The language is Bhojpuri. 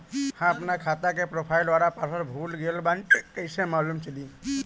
हम आपन खाता के प्रोफाइल वाला पासवर्ड भुला गेल बानी कइसे मालूम चली?